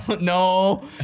No